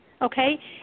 okay